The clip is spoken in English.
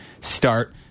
start